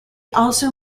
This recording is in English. also